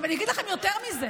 עכשיו, אני אגיד לכם יותר מזה.